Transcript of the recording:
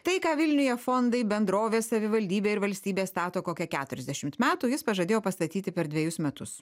tai ką vilniuje fondai bendrovės savivaldybė ir valstybė stato kokią keturiasdešimt metų jis pažadėjo pastatyti per dvejus metus